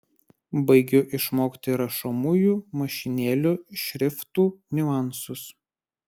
baigiu išmokti rašomųjų mašinėlių šriftų niuansus